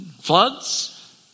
floods